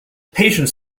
patients